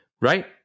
right